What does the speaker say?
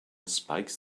spikes